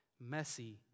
messy